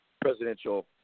presidential